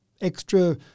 extra